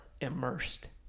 immersed